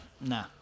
Nah